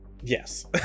yes